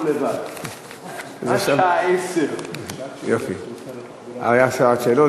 לבד עד השעה 22:00. הייתה שעת שאלות,